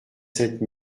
sept